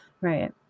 right